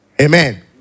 Amen